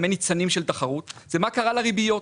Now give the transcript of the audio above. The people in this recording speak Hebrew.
אין ניצנים של תחרות זה מה קרה לריביות.